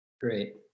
Great